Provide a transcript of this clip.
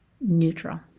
neutral